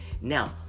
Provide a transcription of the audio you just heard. Now